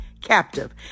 captive